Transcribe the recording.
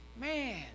man